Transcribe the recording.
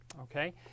Okay